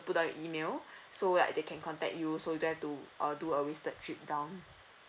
put down your email so that they can contact you so you don't have to uh do a wasted trip down